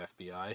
FBI